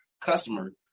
customer